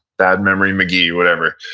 bad memory mcgee, whatever.